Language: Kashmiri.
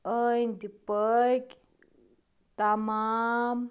أنٛدۍ پٔکۍ تمام